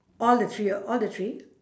all the three your all the three